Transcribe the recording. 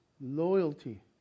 loyalty